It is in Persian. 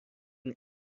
این